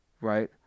Right